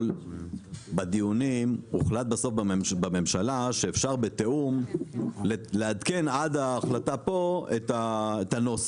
בדיונים בממשלה הוחלט שאפשר בתיאום לעדכן עד ההחלטה את הנוסח.